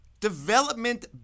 development